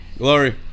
glory